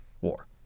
war